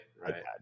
right